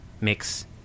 mix